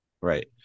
Right